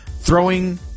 throwing